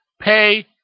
Pay